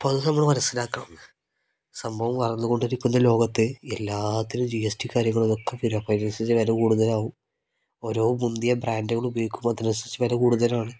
അപ്പം അത് നമ്മൾ മനസ്സിലാക്കണം സംഭവം വളർന്നുകൊണ്ടിരിക്കുന്ന ലോകത്ത് എല്ലാത്തിനും ജി എസ് റ്റി കാര്യങ്ങളതൊക്കെ പിന്നെ അപ്പോൾ അതിനനുസരിച്ച് വില കൂടുതലാവും ഓരോ മുന്തിയ ബ്രാൻഡുകൾ ഉപയോഗിക്കുമ്പോൾ അതിനനുസരിച്ച് വില കൂടുതലാണ്